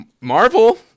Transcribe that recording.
Marvel